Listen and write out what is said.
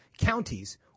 counties